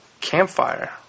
Campfire